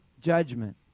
judgment